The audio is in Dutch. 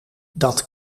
dat